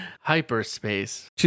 hyperspace